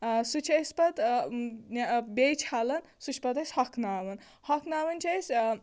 آ سُہ چھِ أسۍ پَتہٕ بیٚیہِ چھلان سُہ چھِ پَتہٕ أسۍ ہۄکھناوان ہۄکھناوان چھِ أسۍ